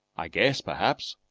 i guess, perhaps,